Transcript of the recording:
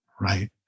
right